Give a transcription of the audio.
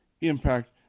Impact